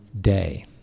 day